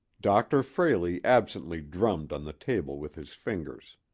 dr. frayley absently drummed on the table with his fingers.